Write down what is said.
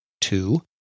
Two